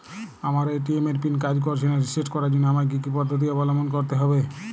আমার এ.টি.এম এর পিন কাজ করছে না রিসেট করার জন্য আমায় কী কী পদ্ধতি অবলম্বন করতে হবে?